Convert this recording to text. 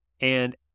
And-